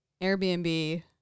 Airbnb